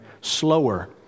slower